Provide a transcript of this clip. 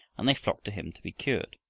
and they flocked to him to be cured.